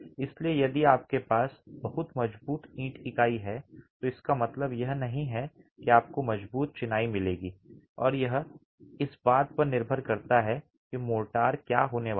इसलिए यदि आपके पास बहुत मजबूत ईंट इकाई है तो इसका मतलब यह नहीं है कि आपको मजबूत चिनाई मिलेगी यह इस बात पर निर्भर करता है कि मोर्टार क्या होने वाला है